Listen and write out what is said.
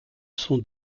son